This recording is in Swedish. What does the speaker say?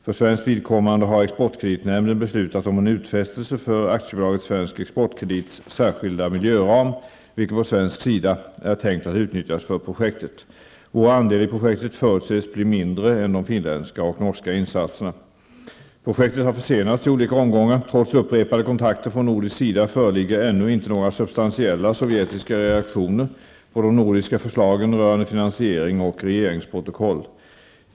För svenskt vidkommande har Exportkreditnämnden beslutat om en utfästelse för AB Svensk Exportkredits särskilda miljöram, vilken på svensk sida är tänkt att utnyttjas för projektet. Vår andel i projektet förutses bli mindre än de finländska och norska insatserna. Projektet har försenats i olika omgångar. Trots upprepade kontakter från nordisk sida föreligger ännu inte några substantiella sovjetiska reaktioner på de nordiska föreslagen rörande finansiering och regeringsprotokoll.